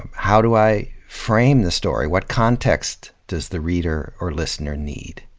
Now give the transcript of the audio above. how do i frame the story, what context does the reader or listener need?